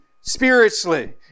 spiritually